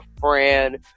friend